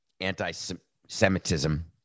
anti-Semitism